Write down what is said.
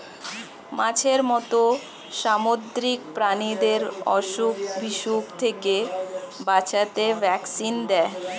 মাছের মত সামুদ্রিক প্রাণীদের অসুখ বিসুখ থেকে বাঁচাতে ভ্যাকসিন দেয়